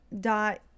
dot